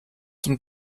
zum